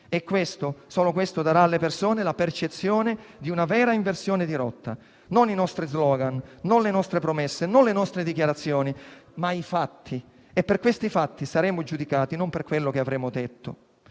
Questo, solo questo, darà alle persone la percezione di una vera inversione di rotta: non i nostri *slogan*, non le nostre promesse, non le nostre dichiarazioni, ma i fatti. Per questi fatti saremo giudicati e non per quello che avremo detto.